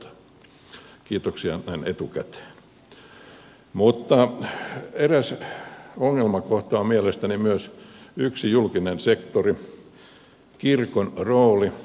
mutta eräs ongelmakohta on mielestäni myös yhden julkisen sektorin kirkon rooli